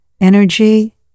energy